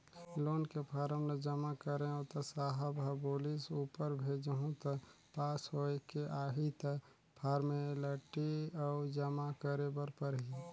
loan के form ल जमा करेंव त साहब ह बोलिस ऊपर भेजहूँ त पास होयके आही त फारमेलटी अउ जमा करे बर परही